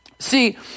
See